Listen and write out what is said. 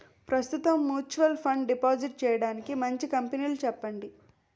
ప్రస్తుతం mutual fund deposit చేయడానికి మంచి కంపెనీలు చెప్పండి